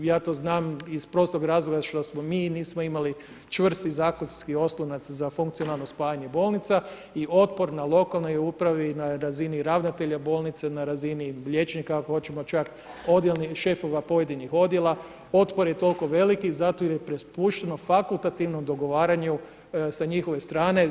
I ja to znam, iz prostog razloga, što smo mi, nismo imali čvrsti zakonski oslonac za funkcionalno spajanje bolnica i otpor na lokalnoj upravi na razini ravnatelja bolnica, na razini liječnika, ako hoćemo čak, odjela, šefova pojedinih odjela, otpor je toliko veliki zato jer je … fakultativno dogovaranju sa njihove strane.